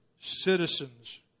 citizens